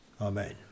Amen